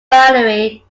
boundary